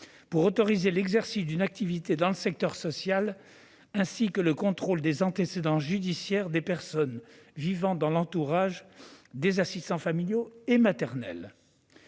pour autoriser l'exercice d'une activité dans le secteur social ; les antécédents judiciaires des personnes vivant dans l'entourage des assistants familiaux et maternels